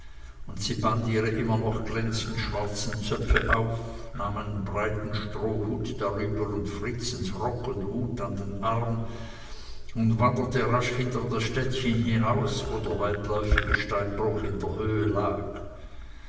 und sie band ihre immer noch glänzend schwarzen zöpfe auf nahm einen breiten strohhut darüber und fritzens rock und hut an den arm und wanderte rasch hinter das städtchen hinaus wo der weitläufige steinbruch an der höhe lag